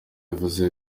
uvuze